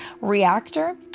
reactor